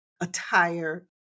attire